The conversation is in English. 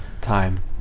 time